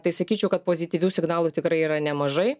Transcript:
tai sakyčiau kad pozityvių signalų tikrai yra nemažai